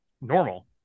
normal